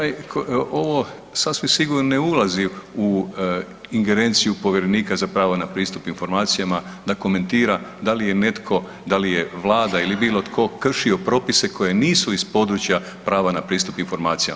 Taj, ovo sasvim sigurno ne ulazi u ingerenciju povjerenika za pravo na pristup informacijama da komentira da li je netko, da li je vlada ili bilo tko kršio propise koji nisu iz područja prava na pristup informacijama.